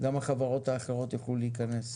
גם החברות האחרות יוכלו להיכנס?